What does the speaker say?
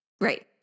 Right